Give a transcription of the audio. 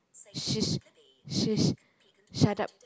sh~ sh~ shut up